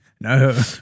no